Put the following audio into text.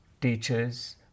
teachers